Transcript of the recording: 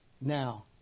now